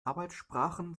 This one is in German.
arbeitssprachen